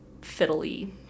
fiddly